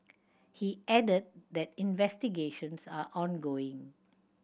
he added that investigations are ongoing